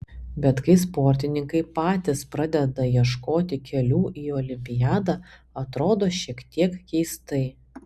bet kai sportininkai patys pradeda ieškoti kelių į olimpiadą atrodo šiek tiek keistai